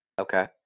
Okay